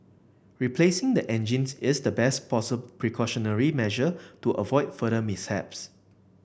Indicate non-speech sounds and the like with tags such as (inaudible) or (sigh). replacing the engines is the best (unintelligible) precautionary measure to avoid further mishaps